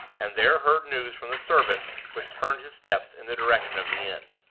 and there heard news from the servant which turned his steps in the direction of the inn.